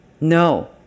No